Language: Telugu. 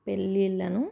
పెళ్ళిళ్ళను